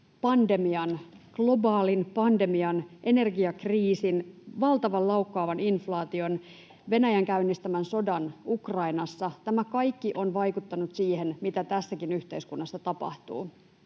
läpi globaalin pandemian, energiakriisin, valtavan laukkaavan inflaation, Venäjän käynnistämän sodan Ukrainassa. Tämä kaikki on vaikuttanut siihen, mitä tässäkin yhteiskunnassa tapahtuu.